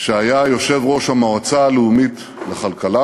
כשהיה יושב-ראש המועצה הלאומית לכלכלה,